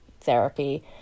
therapy